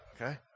Okay